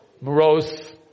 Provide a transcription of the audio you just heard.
morose